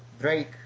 Drake